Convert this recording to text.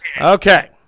Okay